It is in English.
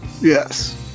Yes